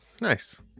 nice